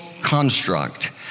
construct